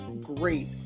great